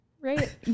right